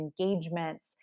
engagements